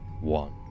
one